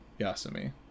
Yasumi